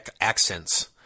accents